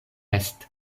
pest